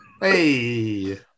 Hey